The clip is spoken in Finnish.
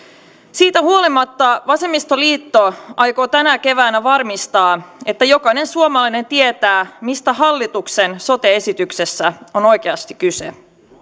siitä huolimatta vasemmistoliitto aikoo tänä keväänä varmistaa että jokainen suomalainen tietää mistä hallituksen sote esityksessä on oikeasti kyse